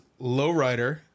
Lowrider